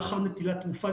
לאחר נטילת תרופה,